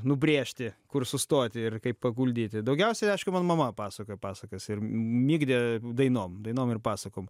nubrėžti kur sustoti ir kaip paguldyti daugiausiai aišku man mama pasakojo pasakas ir migdė dainom dainom ir pasakom